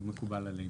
מקובל עלינו.